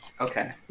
Okay